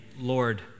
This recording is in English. Lord